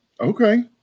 Okay